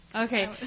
Okay